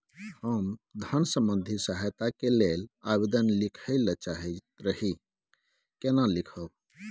हम धन संबंधी सहायता के लैल आवेदन लिखय ल चाहैत रही केना लिखब?